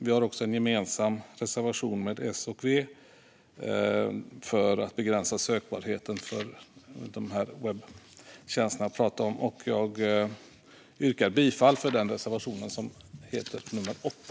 Vi har också en gemensam reservation med S och V om att begränsa sökbarheten för webbtjänsterna jag pratade om. Jag yrkar bifall till reservation nummer 8.